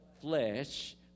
flesh